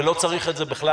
ולא צריך את זה בכלל,